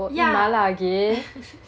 ya